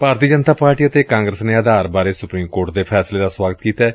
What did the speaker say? ਭਾਰਤੀ Janata Party ਅਤੇ ਕਾਂਗਰਸ ਨੇ ਆਧਾਰ ਬਾਰੇ ਸੁਪਰੀਮ ਕੋਰਟ ਦੇ ਫੈਸਲੇ ਦਾ ਸੁਆਗਤ ਕੀਤੈ